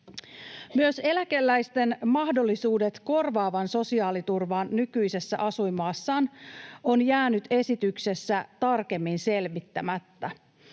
Myös eläkeläisten mahdollisuudet korvaavaan sosiaaliturvaan nykyisessä asuinmaassaan ovat jääneet esityksessä tarkemmin selvittämättä.